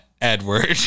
Edward